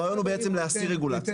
הרעיון הוא בעצם להסיר רגולציה.